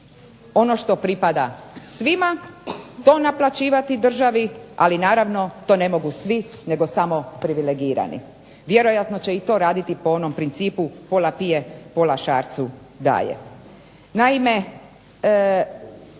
ono što pripada svima to naplaćivati državi. Ali, naravno to ne mogu svi nego samo privilegirani. Vjerojatno će i to raditi po onom principu pola pije pola šarcu daje.